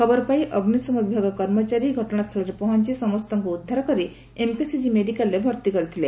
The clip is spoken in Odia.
ଖବର ପାଇଁ ଅଗ୍ନିଶମ ବିଭାଗ କର୍ମଚାରୀ ଘଟଣାସ୍ସଳରେ ପହଞ୍ ସମସ୍ତଙ୍କୁ ଉଦ୍ଧାର କରି ଏମକେସିଜି ମେଡିକାଲରେ ଭର୍ତ୍ତି ହୋଇଥିଲେ